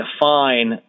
define